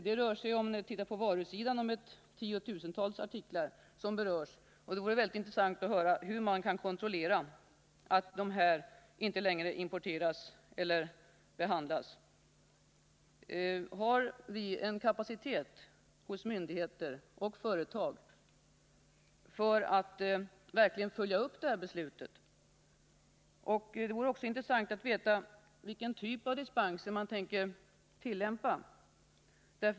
Det rör sig, om vi bara ser på varusidan, om tiotusentals artiklar. Det vore intressant att få höra hur man kan kontrollera att dessa inte längre kommer att importeras eller behandlas. Finns det verkligen en kapacitet hos myndigheter och företag för att följa upp beslutet? Det vore också intressant att få veta vilken typ av dispens man tänker tillämpa.